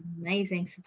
amazing